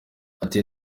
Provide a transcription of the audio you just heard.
ati